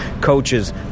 Coaches